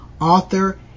author